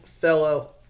fellow